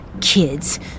Kids